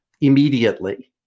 Immediately